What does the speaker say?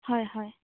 হয় হয়